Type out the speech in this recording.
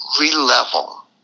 re-level